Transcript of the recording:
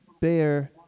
bear